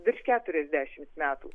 virš keturiasdešimt metų